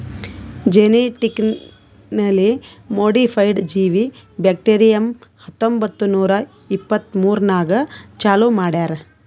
genetically modified ಜೀವಿ bacterium ಹತ್ತೊಂಬತ್ತು ನೂರಾ ಎಪ್ಪತ್ಮೂರನಾಗ್ ಚಾಲೂ ಮಾಡ್ಯಾರ್